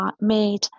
made